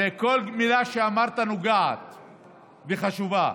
וכל מילה שאמרת נוגעת וחשובה.